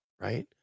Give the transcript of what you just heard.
right